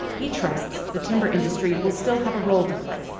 he trusts the timber industry will still have a role to play,